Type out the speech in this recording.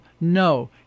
No